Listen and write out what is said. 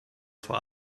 vor